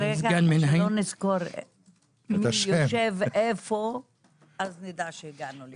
ברגע שלא נזכור מי יושב איפה, נדע שהגענו.